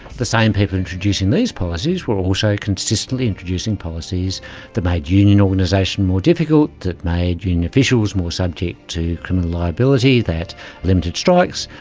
the same people introducing these policies were also consistently introducing policies that made union organisation more difficult, that made union officials more subject to criminal liability, that limited strikes,